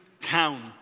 town